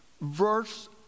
verse